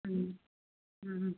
ம் ம் ம்